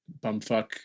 bumfuck